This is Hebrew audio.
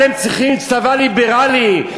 אתם צריכים צבא ליברלי,